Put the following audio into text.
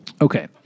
Okay